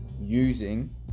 using